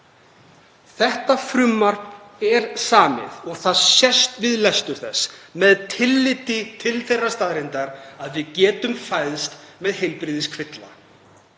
Þetta frumvarp er samið, og það sést við lestur þess, með tilliti til þeirrar staðreyndar að við getum fæðst með heilbrigðiskvilla.